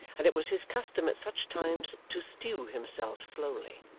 and it was his custom at such times to stew himself slowly,